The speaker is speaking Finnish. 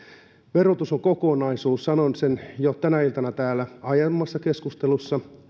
verotus on kokonaisuus sanoin sen jo tänä iltana täällä aiemmassa keskustelussa